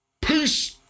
Peace